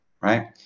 right